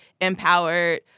empowered